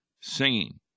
singing